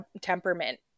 temperament